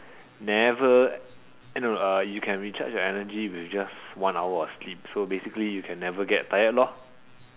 never eh no no you can recharge your energy with just one hour of sleep so basically you can never get tired lor